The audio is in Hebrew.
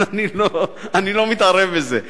אני לא מתערב בזה.